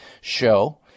show